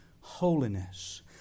holiness